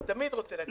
אני תמיד רוצה להקשיב.